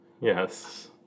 Yes